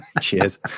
Cheers